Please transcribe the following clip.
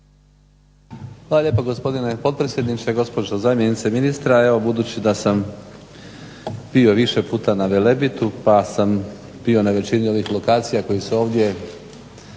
Hvala lijepo gospodine potpredsjedniče. Gospođo zamjenice ministra. Evo budući da sam bio više puta na Velebitu pa sam bio na većini ovih lokacija koje su ovdje